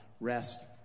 Rest